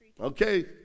Okay